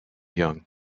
young